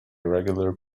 regular